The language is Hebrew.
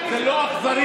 זה לא אכזרי,